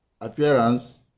appearance